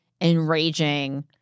enraging –